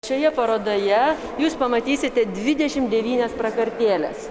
šioje parodoje jūs pamatysite dvidešim devynias prakartėles